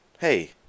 Hey